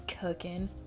cooking